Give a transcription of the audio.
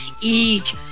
Eat